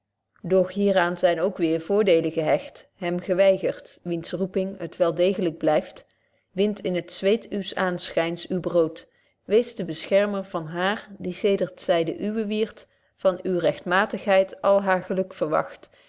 doch hier aan zyn ook weer voordeelen gehecht hem geweigerd wiens roeping het wel degelyk blyft wint in t zweet uws aanschyns uw brood weest de beschermer van haar die zederd zy de uwe wierdt van uwe rechtmatigheid all haar geluk verwagt